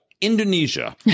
Indonesia